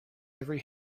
every